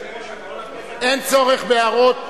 אדוני היושב-ראש, אין צורך בהערות.